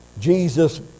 Jesus